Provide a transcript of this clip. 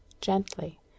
gently